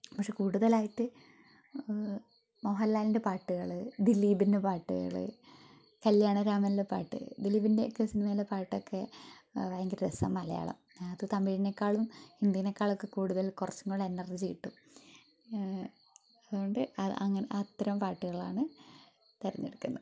പക്ഷേ കൂടുതലായിട്ട് മോഹൻലാലിന്റെ പാട്ടുകൾ ദിലീപിന്റെ പാട്ടുകൾ കല്യാണരാമനിലെ പാട്ട് ദിലീപിന്റെയൊക്കെ സിനിമയിലെ പാട്ടൊക്കെ ഭയങ്കര രസമാണ് മലയാളം എനിക്ക് തമിഴിനെക്കാളും ഹിന്ദിയിനെക്കാളൊക്കെ കൂടുതൽ കുറച്ചുംകൂടി എനർജി കിട്ടും അതുകൊണ്ട് അത്തരം പാട്ടുകളാണ് തിരഞ്ഞെടുക്കുന്നത്